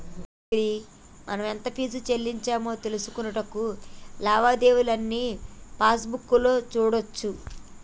సూడు గిరి మనం ఎంత ఫీజు సెల్లించామో తెలుసుకొనుటకు లావాదేవీలు అన్నీ పాస్బుక్ లో సూడోచ్చు